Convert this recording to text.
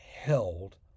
held